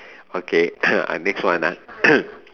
okay uh next one ah